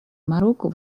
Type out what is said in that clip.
марокко